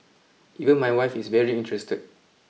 even my wife is very interested